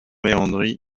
leandri